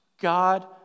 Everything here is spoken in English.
God